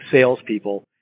salespeople